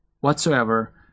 whatsoever